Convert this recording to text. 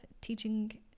teaching